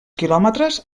quilòmetres